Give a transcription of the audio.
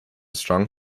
strong